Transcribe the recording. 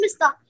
Mr